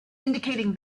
indicating